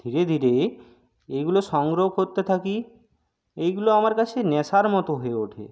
ধীরে ধীরে এগুলো সংগ্রহ করতে থাকি এগুলো আমার কাছে নেশার মতো হয়ে উঠে